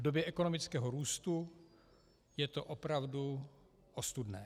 V době ekonomického růstu je to opravdu ostudné.